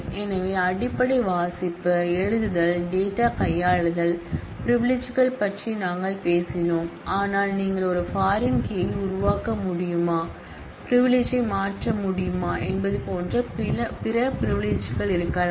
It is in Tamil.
எனவே அடிப்படை வாசிப்பு எழுதுதல் டேட்டாகையாளுதல் பிரிவிலிஜ்கள் பற்றி நாங்கள் பேசினோம் ஆனால் நீங்கள் ஒரு பாரின் கீ யை உருவாக்க முடியுமா பிரிவிலிஜ்யை மாற்ற முடியுமா என்பது போன்ற பிற பிரிவிலிஜ்கள் இருக்கலாம்